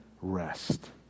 rest